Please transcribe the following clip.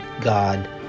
God